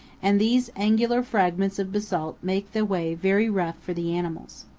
and these angular fragments of basalt make the way very rough for the animals.